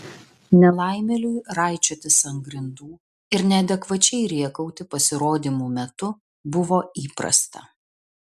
nelaimėliui raičiotis ant grindų ir neadekvačiai rėkauti pasirodymų metu buvo įprasta